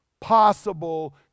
possible